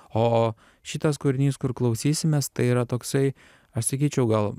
o šitas kūrinys kur klausysimės tai yra toksai aš sakyčiau gal